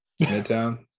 midtown